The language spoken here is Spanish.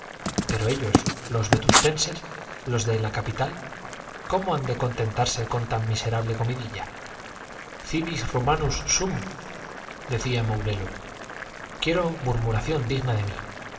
pero ellos los vetustenses los de la capital cómo han de contentarse con tan miserable comidilla civis romanus sum decía mourelo quiero murmuración digna de mí